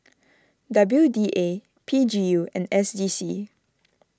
W D A P G U and S D C